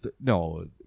no